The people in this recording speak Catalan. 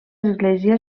església